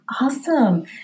Awesome